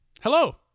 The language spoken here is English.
Hello